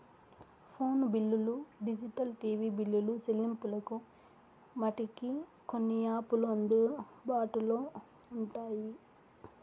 phone బిల్లులు digital TV బిల్లులు సెల్లింపులకు మటికి కొన్ని యాపులు అందుబాటులో ఉంటాయి